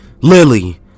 Lily